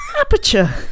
aperture